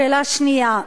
שאלה שנייה,